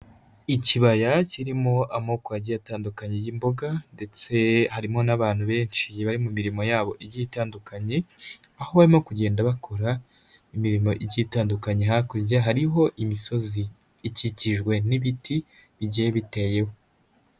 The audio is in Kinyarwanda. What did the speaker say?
Ikibaya kirimo amoko agiye atandukanye y'imboga ndetse harimo n'abantu benshi bari mu mirimo yabo igiye itandukanye, aho barimo kugenda bakora imirimo igiye itandukanye, hakurya hariho imisozi ikikijwe n'ibiti bigiye biteyeho.